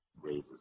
raises